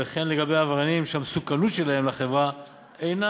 וכן לגבי עבריינים שהמסוכנות שלהם לחברה אינה